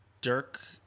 Dirk